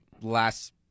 Last